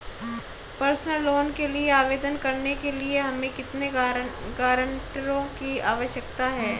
Personal loan के लिए आवेदन करने के लिए हमें कितने गारंटरों की आवश्यकता है?